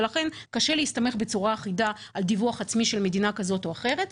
ולכן קשה להסתמך בצורה אחידה על דיווח עצמי של מדינה כזאת או אחרת.